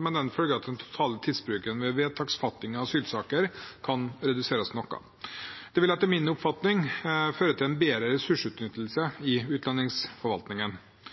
med den følge at den totale tidsbruken ved vedtaksfatting i asylsaker kan reduseres noe. Det vil etter min oppfatning føre til en bedre ressursutnyttelse i utlendingsforvaltningen.